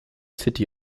city